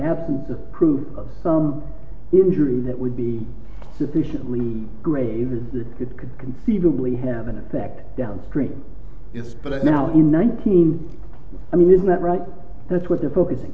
of proof of some injury that would be sufficiently grave in that it could conceivably have an effect downstream is now in nineteen i mean isn't that right that's what they're focusing